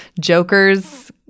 Joker's